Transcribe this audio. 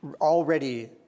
already